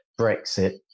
Brexit